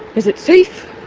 is it safe,